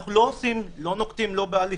אנחנו לא נוקטים לא בהליכים,